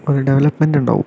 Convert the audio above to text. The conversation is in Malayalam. ഒരു ഡെവലപ്പ്മെൻറ് ഉണ്ടാകും